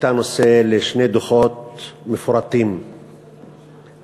הייתה נושא לשני דוחות מפורטים ורציניים